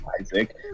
Isaac